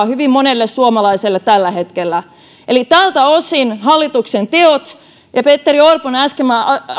hyvin monelle suomalaiselle tällä hetkellä eli tältä osin hallituksen teot ja petteri orpon äsken